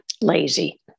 lazy